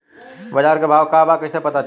बाजार के भाव का बा कईसे पता चली?